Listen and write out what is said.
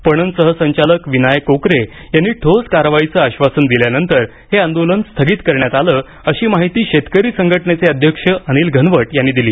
पणन सहसंचालक विनायक कोकरे यांनी ठोस कारवाईचे आश्वासन दिल्यानंतर हे आंदोलन स्थगित करण्यात आले अशी माहिती शेतकरी संघटनेचे अध्यक्ष अनिल घनवट यांनी दिली